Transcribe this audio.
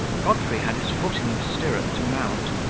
godfrey had his foot in the stirrup to mount,